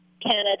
Canada